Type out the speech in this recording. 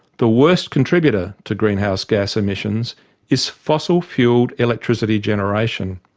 the worst contributor to greenhouse gas emissions is fossil fuelled electricity generation.